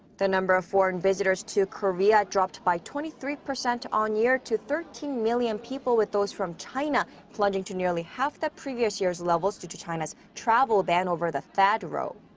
the number of foreign visitors to korea dropped by twenty three percent on-year to thirteen million people, with those from china plunging to nearly half the previous year's levels due to china's travel ban over the thaad row.